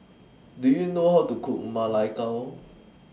Do YOU know How to Cook Ma Lai Gao